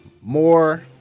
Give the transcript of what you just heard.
more